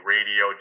Radio